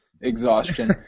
exhaustion